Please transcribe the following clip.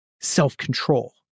self-control